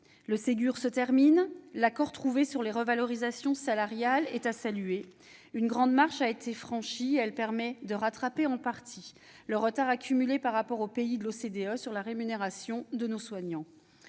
Le Ségur se termine. L'accord trouvé sur les revalorisations salariales est à saluer. Une grande marche a été franchie, qui permet de rattraper en partie le retard accumulé par rapport aux pays de l'OCDE sur la rémunération de nos soignants.